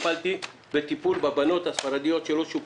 מטפל כל קיץ בבנות הספרדיות שלא שובצו.